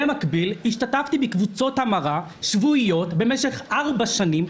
במקביל השתתפתי בקבוצות המרה שבועיות במשך ארבע שנים,